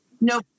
No